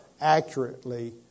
accurately